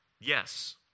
Yes